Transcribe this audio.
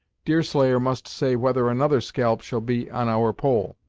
deerslayer must say whether another scalp shall be on our pole.